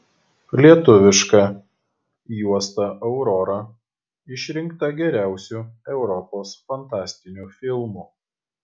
lietuviška juosta aurora išrinkta geriausiu europos fantastiniu filmu